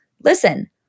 listen